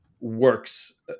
works